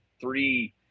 three